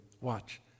Watch